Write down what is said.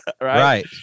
Right